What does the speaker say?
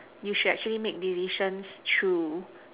you should actually make decisions through